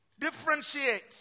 differentiate